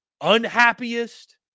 unhappiest